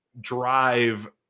drive